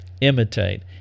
imitate